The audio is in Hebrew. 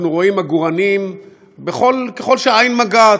אנחנו רואים עגורנים ככל שהעין מגעת.